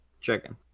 Chicken